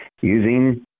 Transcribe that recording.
using